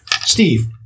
Steve